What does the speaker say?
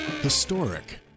Historic